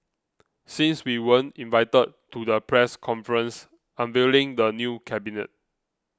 since we weren't invited to the press conference unveiling the new cabinet